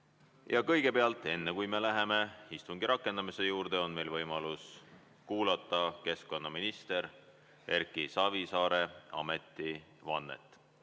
Kõigepealt, enne kui me läheme istungi rakendamise juurde, on meil võimalus kuulata keskkonnaminister Erki Savisaare ametivannet.